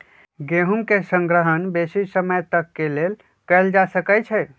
गेहूम के संग्रहण बेशी समय तक के लेल कएल जा सकै छइ